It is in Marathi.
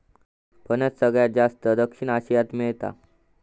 फणस सगळ्यात जास्ती दक्षिण आशियात मेळता